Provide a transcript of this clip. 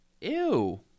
ew